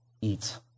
eat